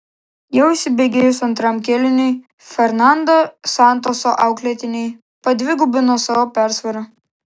jau įsibėgėjus antram kėliniui fernando santoso auklėtiniai padvigubino savo persvarą